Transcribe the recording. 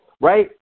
right